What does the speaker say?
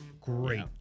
great